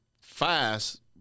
fast